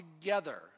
together